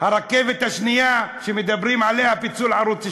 הרכבת השנייה שמדברים עליה, פיצול ערוץ 2,